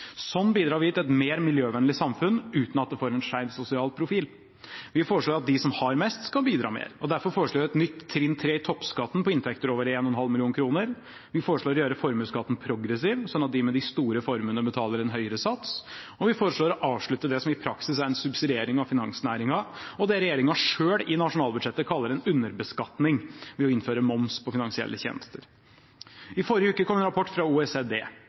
Sånn bidrar vi til et mer miljøvennlig samfunn, uten at det får en skeiv sosial profil. Vi foreslår at de som har mest, skal bidra mer. Derfor foreslår vi et nytt trinn 3 i toppskatten på inntekter over 1,5 mill. kr. Vi foreslår å gjøre formuesskatten progressiv, slik at de med de store formuene betaler en høyere sats, og vi foreslår å avslutte det som i praksis er en subsidiering av finansnæringen, og det regjeringen selv i nasjonalbudsjettet kaller en underbeskatning, ved å innføre moms på finansielle tjenester. I forrige uke kom en rapport fra OECD